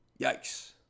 Yikes